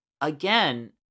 again